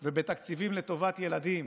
ובתקציבים לטובת ילדים